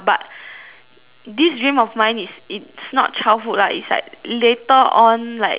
this dream of mine is it's not childhood lah it's like later on like around